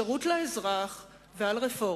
על שירות לאזרח ועל רפורמות,